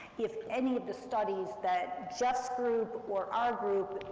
if any of the studies that jeff's group or our group,